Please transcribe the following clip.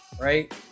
right